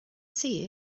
see